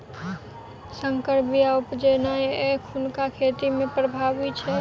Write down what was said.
सँकर बीया उपजेनाइ एखुनका खेती मे प्रभावी छै